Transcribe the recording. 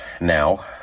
now